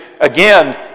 again